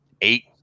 eight